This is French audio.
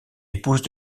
épouse